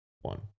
one